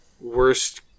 worst